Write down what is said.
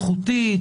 איכותי,